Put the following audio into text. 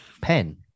pen